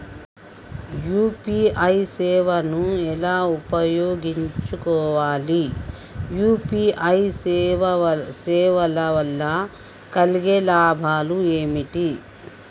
UPI సేవను ఎలా ఉపయోగించు కోవాలి? యూ.పీ.ఐ సేవల వల్ల కలిగే లాభాలు ఏమిటి?